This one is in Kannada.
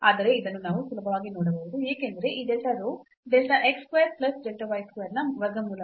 ಆದರೆ ಇದನ್ನು ನಾವು ಸುಲಭವಾಗಿ ನೋಡಬಹುದು ಏಕೆಂದರೆ ಈ delta rho delta x square plus delta y square ನ ವರ್ಗಮೂಲವಾಗಿದೆ